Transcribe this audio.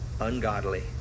ungodly